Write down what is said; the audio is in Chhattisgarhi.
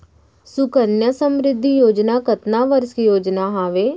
सुकन्या समृद्धि योजना कतना वर्ष के योजना हावे?